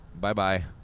Bye-bye